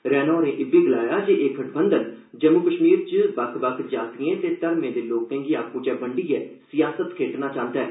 रैना होरें इब्बी गलाया जे एह् गठबंधन जम्मू कश्मीर च बक्ख बक्ख जातिएं ते धर्में ते लोर्के गी बंड्डियै सियासत खेड्ढना चांहदा ऐ